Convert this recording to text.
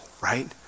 right